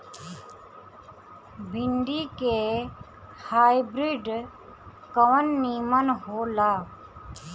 भिन्डी के हाइब्रिड कवन नीमन हो ला?